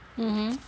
mmhmm